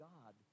God